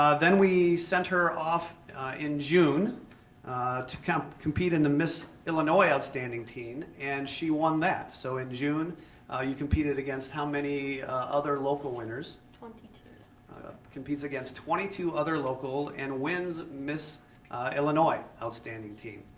ah then we sent her off in june to compete compete in the miss illinois outstanding teen and she won that. so in june you competed against how many other local winners? twenty competes against twenty two other local and wins miss illinois outstanding teen.